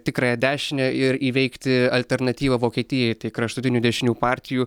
tikrąją dešinę ir įveikti alternatyvą vokietijai kraštutinių dešinių partijų